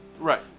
Right